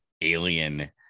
alien